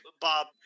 Bob